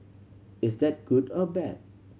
is that good or bad